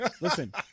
listen